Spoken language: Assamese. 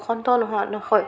বসন্ত নহ নহয়